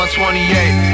128